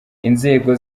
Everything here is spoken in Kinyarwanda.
inzego